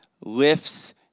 lifts